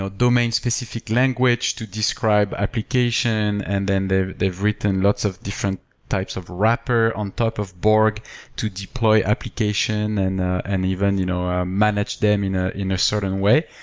ah domain-specific language to describe application and then they've they've written lots of different types of wrapper on top of borg to deploy application and and even you know ah manage them in ah in a certain way.